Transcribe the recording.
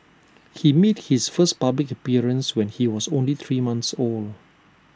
he made his first public appearance when he was only three month old